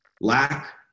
Lack